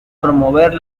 promover